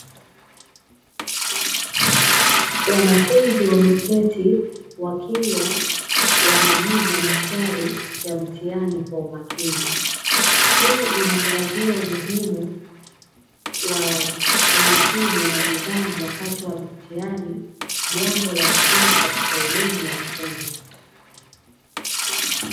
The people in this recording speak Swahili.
Wanafunzi wameketi wakiwa wanajibu maswali ya mtihani kwa umakini, hii inaangazia umuhimu wa umakini na nidhamu wakati wa mtihani, jambo ambalo ni katika elimu ya ufundi.